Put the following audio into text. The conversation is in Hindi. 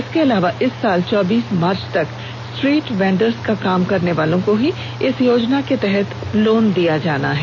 इसके अलावा इस साल चौबीस मार्च तक स्ट्रीट वेंडर का काम करने वालों को ही इस योजना के तहत लोन दिया जाएगा